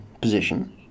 position